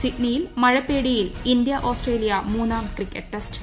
സിഡ്നിയിൽ മഴപ്പേടിയിൽ India Australia മൂന്നാം ക്രിക്കറ്റ് ടെസ്റ്റ്